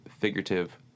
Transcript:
figurative